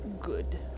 Good